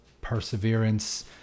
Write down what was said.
perseverance